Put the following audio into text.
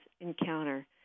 encounter